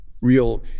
real